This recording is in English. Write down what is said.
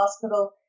Hospital